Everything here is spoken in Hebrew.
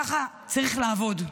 ככה צריך לעבוד,